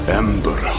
ember